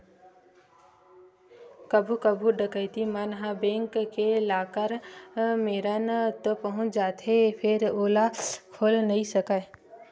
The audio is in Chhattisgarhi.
कभू कभू डकैत मन ह बेंक के लाकर मेरन तो पहुंच जाथे फेर ओला खोल नइ सकय